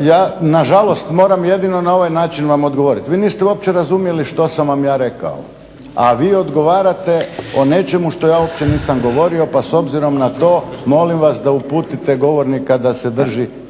Ja nažalost moram jedino na ovaj način vam odgovoriti. Vi niste uopće razumjeli što sam vam ja rekao, a vi odgovarate o nečemu što ja uopće nisam govorio pa s obzirom na to molim vas da uputite govornika da se drži